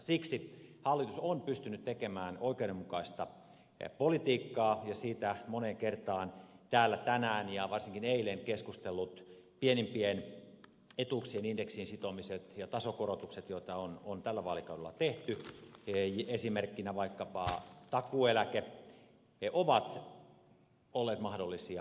siksi hallitus on pystynyt tekemään oikeudenmukaista politiikkaa ja tämän takia moneen kertaan täällä tänään ja varsinkin eilen keskustellut pienimpien etuuksien indeksien sitomiset ja tasokorotukset joita on tällä vaalikaudella tehty esimerkkinä vaikkapa takuueläke ovat olleet mahdollisia